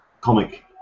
comic